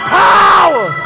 power